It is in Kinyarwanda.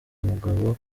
umugabo